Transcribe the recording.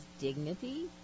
dignity